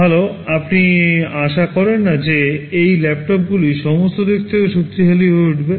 ভাল আপনি আশা করেন না যে এই ল্যাপটপগুলি সমস্ত দিক থেকে শক্তিশালী হয়ে উঠবে